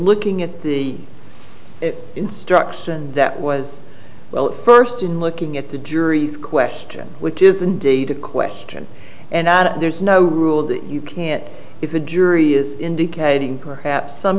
looking at the instruction that was well first in looking at the jury's question which is indeed a question and there's no rule that you can't if a jury is indicating perhaps some